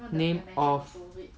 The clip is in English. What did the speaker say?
name of